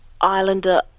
Islander